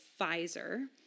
Pfizer